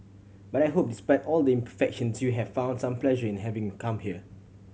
but I hope despite all the imperfections you have found some pleasure in having come here